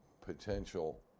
potential